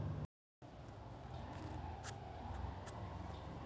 Future ಮಾರ್ಕೆಟಿಗೂ financial ಮಾರ್ಕೆಟಿಗೂ ಏನ್ ವ್ಯತ್ಯಾಸದ?